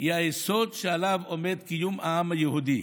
היא היסוד שעליו עומד קיום העם היהודי,